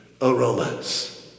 aromas